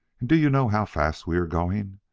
and do you know how fast we are going?